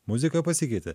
muzika pasikeitė